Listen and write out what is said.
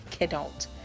kidult